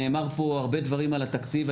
נאמר פה הרבה דברים על התקציב.